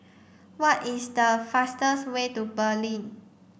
what is the fastest way to Berlin